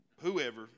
whoever